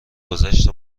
گذشت